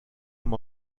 amb